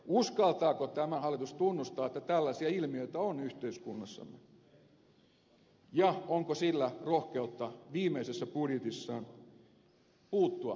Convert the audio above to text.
uskaltaako tämä hallitus tunnustaa että tällaisia ilmiöitä on yhteiskunnassa ja onko sillä rohkeutta viimeisessä budjetissaan puuttua tähän epäkohtaan